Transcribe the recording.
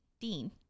Dean